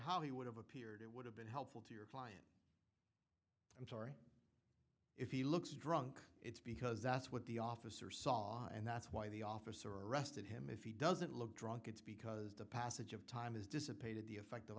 have appeared would have been helpful to your client i'm sorry if he looks drunk it's because that's what the officer saw and that's why the officer arrested him if he doesn't look drunk it's because the passage of time has dissipated the effect of